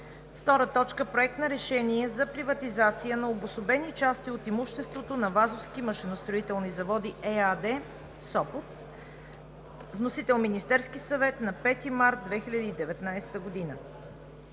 2019 г. 2. Проект на решение за приватизация на обособени части от имуществото на „Вазовски машиностроителни заводи“ ЕАД – Сопот. Вносител е Министерският съвет на 5 март 2019 г.